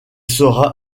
sera